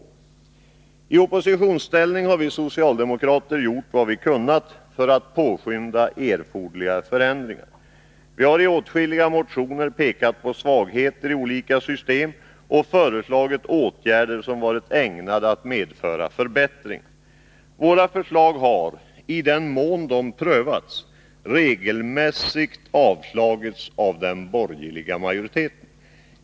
I oppositionsställning har vi socialdemokrater gjort vad vi har kunnat för att påskynda erforderliga förändringar. Vi har i åtskilliga motioner pekat på svagheter i olika system och föreslagit åtgärder som varit ägnade att medföra förbättringar. Våra förslag har, i den mån de prövats, regelmässigt avslagits av den borgerliga majoriteten.